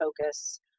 focus